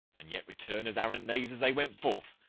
and yet return as arrant knaves as they went forth,